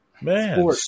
man